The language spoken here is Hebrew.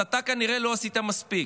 אז אתה כנראה לא עשית מספיק,